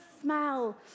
smell